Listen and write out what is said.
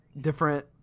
different